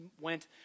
went